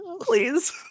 Please